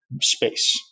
space